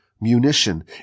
munition